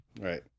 Right